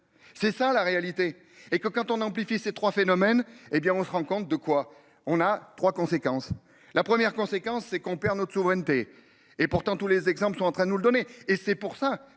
C'est ça, la réalité est que quand on a amplifié ces 3 phénomènes hé bien on se rend compte de quoi. On a 3. Conséquences, la première conséquence c'est qu'on perd notre souveraineté et pourtant tous les exemples sont en train de nous le donner et c'est pour ça